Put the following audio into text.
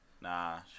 Nah